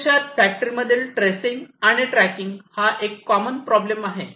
प्रत्यक्षात फॅक्टरीमध्ये ट्रेसिंग आणि ट्रॅकिंग हा एक कॉमन प्रॉब्लेम आहे